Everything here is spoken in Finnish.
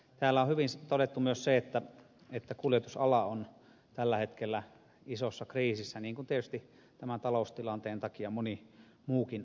täällä on hyvin todettu myös se että kuljetusala on tällä hetkellä isossa kriisissä niin kuin tietysti tämän taloustilanteen takia moni muukin ala